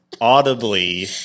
audibly